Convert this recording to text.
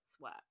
work